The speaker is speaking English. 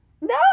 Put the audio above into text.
No